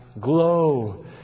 glow